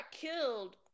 killed